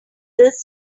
this